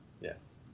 Yes